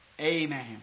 Amen